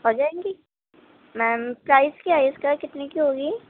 ہو جائیں گی ma'am prize کیا ہے اس کا کتنے کی ہوگی